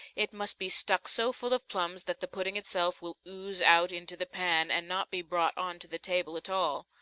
it must be stuck so full of plums that the pudding itself will ooze out into the pan and not be brought on to the table at all.